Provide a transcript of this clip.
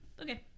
Okay